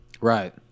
Right